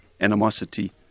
animosity